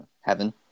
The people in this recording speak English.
heaven